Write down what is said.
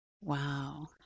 Wow